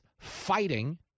fighting